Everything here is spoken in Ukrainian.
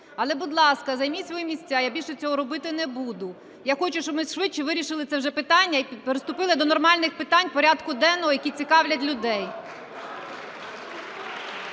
Але, будь ласка, займіть свої місця, я більше цього робити не буду. Я хочу, щоб ми швидше вирішили це вже питання і приступили до нормальних питань порядку денного, які цікавлять людей.